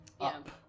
up